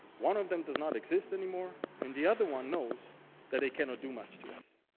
one of them does not exist anymore. and the other one knows that they cannot do much to us.